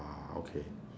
ah okay